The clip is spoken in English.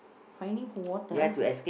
finding for water